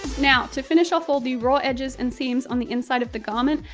now to finish off all the raw edges and seams on the inside of the garment,